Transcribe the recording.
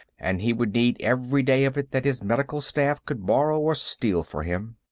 and he would need every day of it that his medical staff could borrow or steal for him.